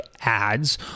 ads